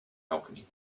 alchemy